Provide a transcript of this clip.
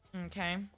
Okay